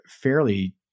fairly